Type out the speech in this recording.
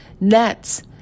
Nets